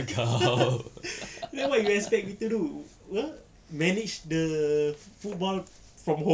then what do you expect me to do well manage the football from home